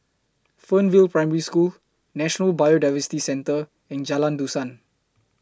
Fernvale Primary School National Biodiversity Centre and Jalan Dusan